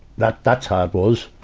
that, that's how it was,